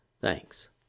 Thanks